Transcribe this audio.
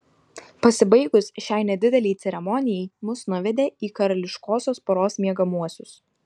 pasibaigus šiai nedidelei ceremonijai mus nuvedė į karališkosios poros miegamuosius